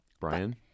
brian